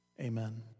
Amen